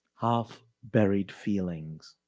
half buried feelings.